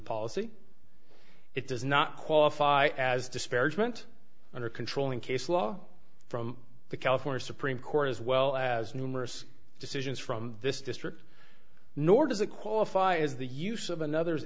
policy it does not qualify as disparagement or controlling case law from the california supreme court as well as numerous decisions from this district nor does it qualify as the use of another's